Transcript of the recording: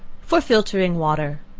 for filtering water.